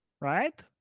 right